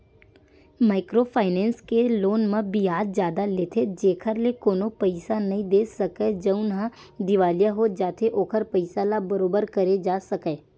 micro finance के loan म बियाज जादा लेथे जेखर ले कोनो पइसा नइ दे सकय जउनहा दिवालिया हो जाथे ओखर पइसा ल बरोबर करे जा सकय